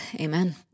Amen